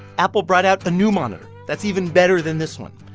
apple brought out a new monitor that's even better than this one.